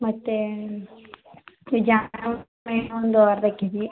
ಮತ್ತೆ ಈ ಒಂದು ಅರ್ಧ ಕೆಜಿ